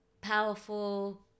powerful